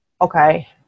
Okay